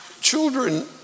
children